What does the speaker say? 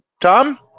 Tom